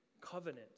covenant